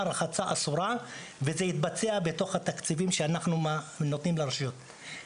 זה נעשה במסגרת התקציבים שאנחנו נותנים לרשויות.